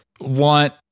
want